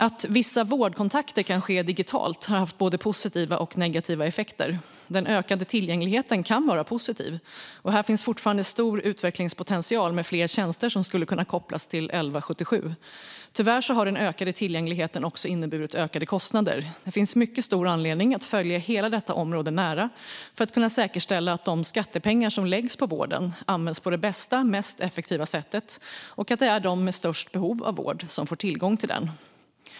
Att vissa vårdkontakter kan ske digitalt har haft både positiva och negativa effekter. Den ökade tillgängligheten kan vara positiv, och här finns fortfarande stor utvecklingspotential med fler tjänster som skulle kunna kopplas till 1177. Tyvärr har den ökade tillgängligheten också inneburit ökade kostnader. Det finns mycket stor anledning att följa hela detta område nära för att kunna säkerställa att de skattepengar som läggs på vården används på det bästa och mest effektiva sättet och att det är de med störst behov av vård som får tillgång till den.